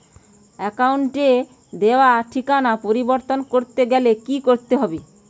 অ্যাকাউন্টে দেওয়া ঠিকানা পরিবর্তন করতে গেলে কি করতে হবে?